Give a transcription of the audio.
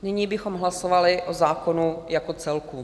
Nyní bychom hlasovali o zákonu jako celku.